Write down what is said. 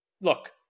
Look